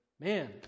Man